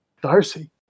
Darcy